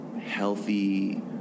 healthy